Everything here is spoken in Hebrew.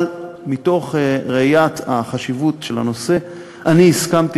אבל מתוך ראיית החשיבות של הנושא הסכמתי